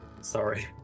Sorry